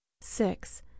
six